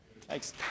thanks